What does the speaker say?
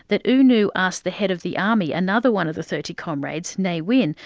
that u nu asked the head of the army, another one of the thirty comrades, ne win,